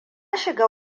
shiga